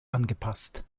angepasst